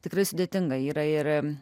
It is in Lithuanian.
tikrai sudėtinga yra ir